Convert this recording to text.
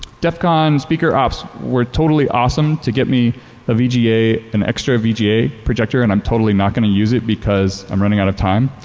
def con speakers ops were totally awesome to get me ah an extra vga projector and i'm totally not going to use it because i'm running out of time